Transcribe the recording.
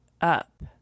up